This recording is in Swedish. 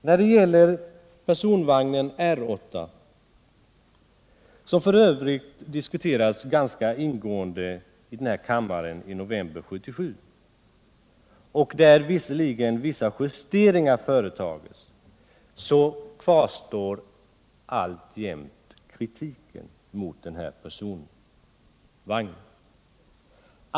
När det gäller personvagnen R 8, som f. ö. diskuterades ganska ingående här i kammaren i november 1977, har visserligen vissa justeringar företagits, men kritiken mot vagnen kvarstår alltjämt.